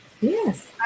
Yes